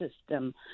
system